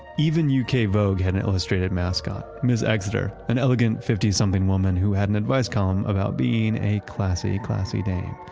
even u k. vogue had an illustrated mascot, ms. exeter, an elegant fifty something woman who had an advice column about being a classy, classy dame.